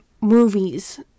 movies